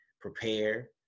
prepare